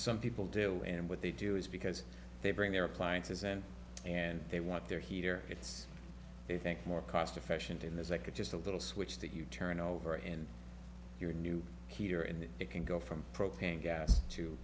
some people do and what they do is because they bring their appliances and and they want their heater it's they think more cost efficient and there's like a just a little switch that you turn over and you're new here and it can go from propane gas to